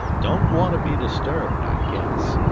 don't want to be disturbed, i guess.